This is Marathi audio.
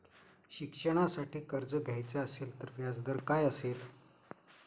शिक्षणासाठी कर्ज घ्यायचे असेल तर व्याजदर काय असेल?